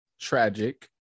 tragic